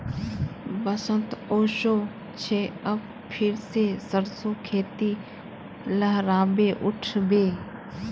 बसंत ओशो छे अब फिर से सरसो खेती लहराबे उठ बे